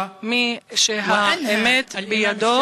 מי שהאמת בידו,